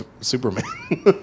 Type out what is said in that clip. Superman